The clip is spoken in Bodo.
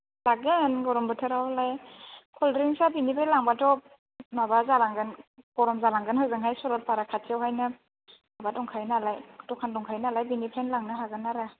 लागोन गरम बोथोरावलाय कल्डड्रिंसआ बेनिफ्राय लांब्लाथ' माबा जालांगोन गरम जालांगोन हजोंहाय सरलपारा खाथियावहैनो माबा दंखायो नालाय दखान दंखायो नालाय बेनिफ्रायनो लांनो हागोन आरो